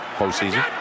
postseason